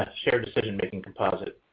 shared decision-making composite,